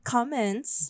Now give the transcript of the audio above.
Comments